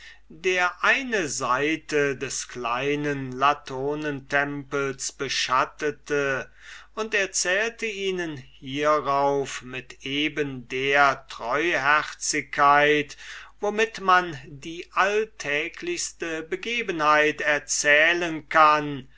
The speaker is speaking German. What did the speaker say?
der eine seite des kleinen latonentempels beschattete und erzählte ihnen hierauf mit eben der treuherzigkeit womit man die alltäglichste begebenheit erzählen kann